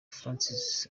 francis